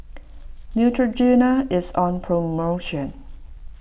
Neutrogena is on promotion